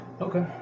okay